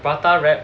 prata wrap